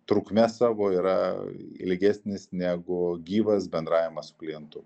trukme savo yra ilgesnis negu gyvas bendravimas su klientu